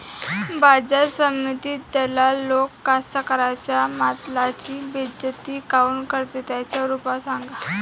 बाजार समितीत दलाल लोक कास्ताकाराच्या मालाची बेइज्जती काऊन करते? त्याच्यावर उपाव सांगा